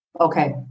Okay